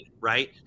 right